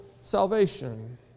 salvation